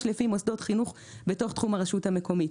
לפי מוסדות חינוך בתוך תחום הרשות המקומית.